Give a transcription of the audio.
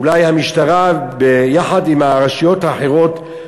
אולי בעקבותיהם המשטרה, יחד עם הרשויות האחרות,